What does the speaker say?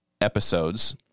episodes